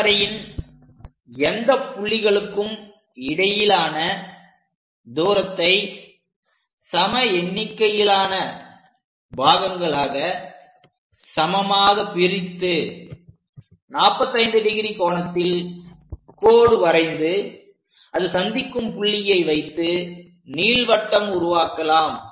வளைவரையின் எந்த புள்ளிகளுக்கும் இடையிலான தூரத்தை சம எண்ணிக்கையிலான பாகங்களாக சமமாக பிரித்து பிறகு 45° கோணத்தில் கோடு வரைந்து அது சந்திக்கும் புள்ளியை வைத்து நீள்வட்டம் உருவாக்கலாம்